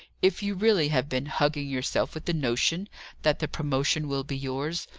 if you really have been hugging yourself with the notion that the promotion will be yours,